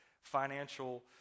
financial